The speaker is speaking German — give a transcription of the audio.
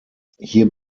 hier